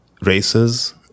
races